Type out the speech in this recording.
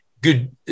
Good